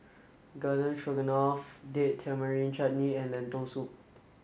Garden Stroganoff Date Tamarind Chutney and Lentil soup